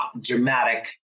dramatic